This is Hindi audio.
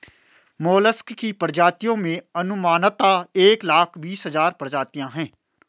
मोलस्क की प्रजातियों में अनुमानतः एक लाख बीस हज़ार प्रजातियां है